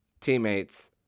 teammates